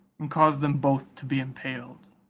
and cause them both to be impaled.